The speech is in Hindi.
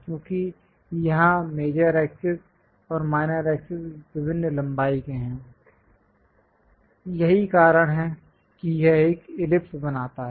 क्योंकि यहाँ मेजर एक्सेस और माइनर एक्सेस विभिन्न लंबाई के हैं यही कारण है कि यह एक इलिप्स बनाता है